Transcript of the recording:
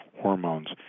hormones